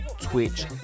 Twitch